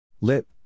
Lip